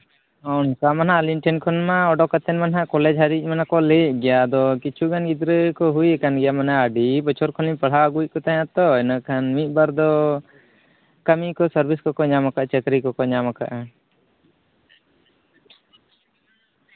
ᱚᱱᱠᱟ ᱢᱟ ᱱᱟᱜ ᱟᱹᱞᱤᱧ ᱴᱷᱮᱱ ᱠᱷᱚᱱ ᱢᱟ ᱚᱰᱚᱠ ᱠᱟᱛᱮᱫ ᱢᱟ ᱱᱟᱜ ᱠᱚᱞᱮᱡᱽ ᱦᱟᱹᱨᱤᱡ ᱠᱚ ᱞᱟᱹᱭᱮᱫ ᱜᱮᱭᱟ ᱟᱫᱚ ᱠᱤᱪᱷᱩᱜᱟᱱ ᱜᱤᱫᱽᱨᱟᱹ ᱠᱚ ᱦᱩᱭᱟᱠᱟᱱ ᱜᱮᱭᱟ ᱢᱟᱱᱮ ᱟᱹᱰᱤ ᱵᱚᱪᱷᱚᱨ ᱠᱷᱚᱱᱤᱧ ᱯᱟᱲᱦᱟᱣ ᱟᱹᱜᱩᱭᱮᱫ ᱠᱚ ᱛᱟᱦᱮᱸᱜᱼᱟ ᱛᱚ ᱤᱱᱟᱹ ᱠᱷᱟᱱ ᱢᱤᱫ ᱵᱟᱨ ᱫᱚ ᱠᱟᱹᱢᱤ ᱠᱚ ᱥᱟᱨᱵᱷᱚᱥ ᱠᱚᱠᱚ ᱧᱟᱢᱟᱠᱟᱜᱼᱟ ᱪᱟᱹᱠᱨᱤ ᱠᱚᱠᱚ ᱧᱟᱢᱟᱠᱟᱜᱼᱟ